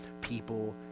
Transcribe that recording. people